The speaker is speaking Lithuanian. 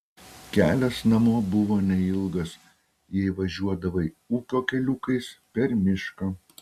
kelias namo buvo neilgas jei važiuodavai ūkio keliukais per mišką